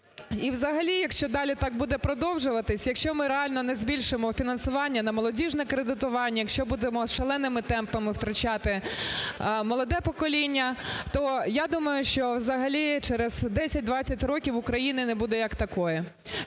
І взагалі, якщо далі так буде продовжуватись, якщо ми реально не збільшимо фінансування на молодіжне кредитування, якщо будемо шаленими темпами втрачати молоде покоління, то, я думаю, що взагалі через 10-20 років України не буде як такої.